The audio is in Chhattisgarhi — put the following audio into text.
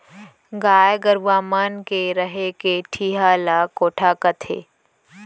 गाय गरूवा मन के रहें के ठिहा ल कोठा कथें